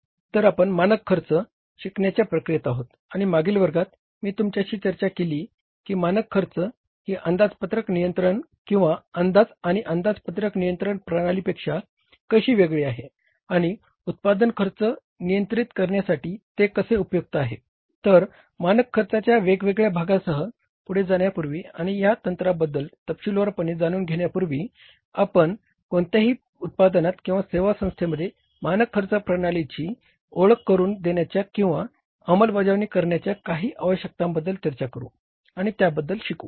तर आपण मानक खर्च ओळख करुन देण्याच्या किंवा अंमलबजावणी करण्याच्या काही आवश्यकतांबद्दल चर्चा करू आणि त्याबद्दल शिकू